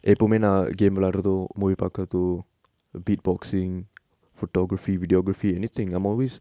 எப்போவுமே நா:eppovume na game வெளயாடுரது:velayadurathu movie பாக்குரது:paakurathu beatboxing photography videography anything I'm always